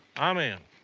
i'm in!